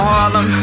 Harlem